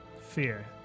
fear